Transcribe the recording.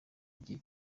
igihe